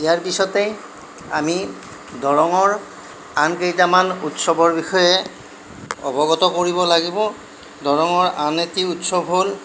ইয়াৰ পিছতেই আমি দৰঙৰ আন কেইটামান উৎসৱৰ বিষয়ে অৱগত কৰিব লাগিব দৰঙৰ আন এটি উৎসৱ হ'ল